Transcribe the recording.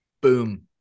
boom